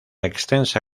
extensa